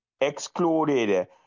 excluded